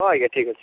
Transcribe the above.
ହଁ ଆଜ୍ଞା ଠିକ୍ ଅଛି